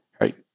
right